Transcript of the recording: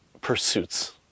pursuits